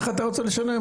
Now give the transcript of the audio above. איך אתה רוצה לשלם,